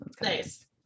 nice